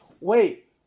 wait